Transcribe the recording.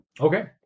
Okay